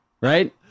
Right